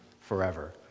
forever